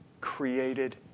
created